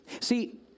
See